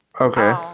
Okay